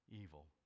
evil